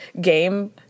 game